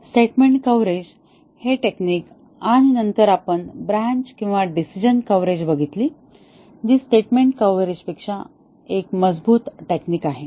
statement coverage हे technique आणि नंतर आपण ब्रान्च किंवा डिसिजन कव्हरेज बघितले जी स्टेटमेंट कव्हरेजपेक्षा एक मजबूत टेक्निक आहे